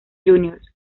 juniors